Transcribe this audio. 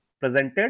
presented